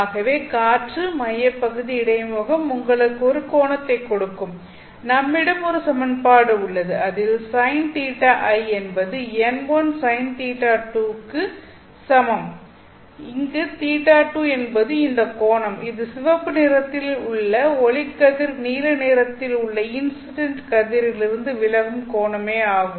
ஆகவே காற்று மையப்பகுதி இடைமுகம் உங்களுக்கு ஒரு கோணத்தைக் கொடுக்கும் நம்மிடம் ஒரு சமன்பாடு உள்ளது அதில் sin θi என்பது n1 sin θ2 க்கு சமம் இங்கு θ2 என்பது இந்த கோணம் இது சிவப்பு நிறத்தில் உள்ள ஒளிக்கதிர் நீல நிறத்தில் உள்ள இன்சிடென்ட் கதிரில் இருந்து விலகும் கோணமே ஆகும்